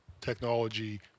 technology